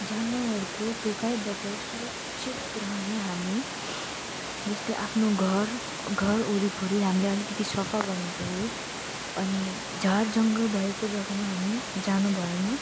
जनावरहरूको टोकाइबाट सुरक्षित रहने हामी जस्तै आफ्नो घर घर वरिपरि हामीले अलिकिति सफा गर्नु पऱ्यो अनि झार जङ्गल भएको जगामा हामी जानु भएन